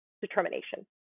determination